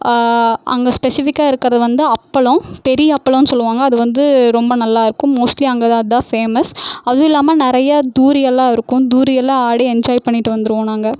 அங்கே ஸ்பெஷிபிக்காக இருக்கிறது வந்து அப்பளம் பெரிய அப்பளன்னு சொல்லுவாங்கள் அதுவந்து ரொம்ப நல்லாருக்கும் மோஸ்ட்லி அங்கே அதுதான் ஃபேமஸ் அதுவும் இல்லாமல் நிறைய தூரியெல்லாம் இருக்கும் தூரியெல்லாம் ஆடி என்ஜாய் பண்ணிட்டு வந்துடுவோம் நாங்கள்